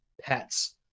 pets